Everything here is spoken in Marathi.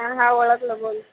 हां हां ओळखलं बोल